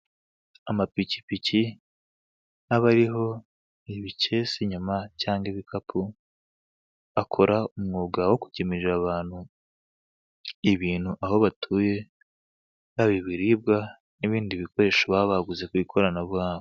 Amapikipiki aba ariho ibikese inyuma cyangwa ibikapu, akora umwuga wo kugemurira abantu ibintu aho batuye, yaba ibiribwa n'ibindi bikoresho baba baguze ku ikoranabuhanga.